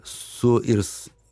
su irs